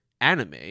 anime